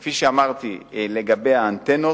כפי שאמרתי לגבי האנטנות,